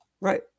Right